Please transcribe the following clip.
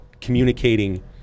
communicating